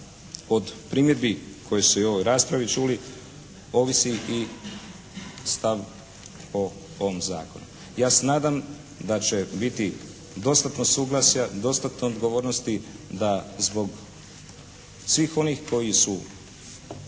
od primjedbi koje su se u ovoj raspravi čuli ovisi i stav o ovom zakonu. Ja se nadam da će biti dostatno suglasja, dostatno odgovornosti da zbog svih onih koji su